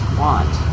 want